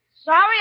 Sorry